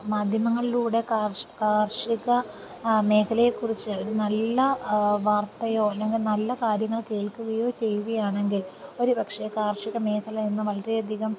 മാധ്യമങ്ങളിലൂടെ കാർഷി കാർഷിക മേഖലയെ കുറിച്ച് ഒരു നല്ല വാർത്തയോ അല്ലെങ്കിൽ നല്ല കാര്യങ്ങൾ കേൾക്കുകയോ ചെയ്യുകയാണെങ്കിൽ ഒരു പക്ഷേ കാർഷികമേഖല ഇന്ന് വരെയധികം